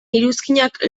iruzkinak